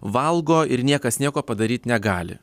valgo ir niekas nieko padaryt negali